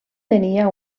tenia